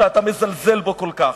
שאתה מזלזל בו כל כך.